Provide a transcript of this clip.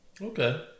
Okay